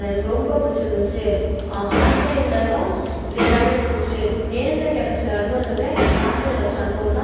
எனக்கு ரொம்ப பிடிச்சுருந்துச்சி ஆன்லைனில் தான் இது எல்லாமே முடிஞ்சுச்சு நேரில் கிடச்ச அனுபவத்தை விட எனக்கு ஆன்லைனில் கிடச்ச அனுபவம் தான்